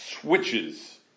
switches